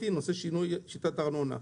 שינוי שיטת הארנונה,